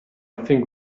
think